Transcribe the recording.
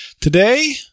Today